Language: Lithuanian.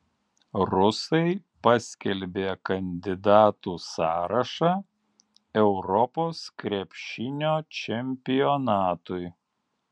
rusai paskelbė kandidatų sąrašą europos krepšinio čempionatui